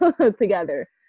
together